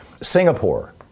Singapore